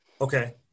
Okay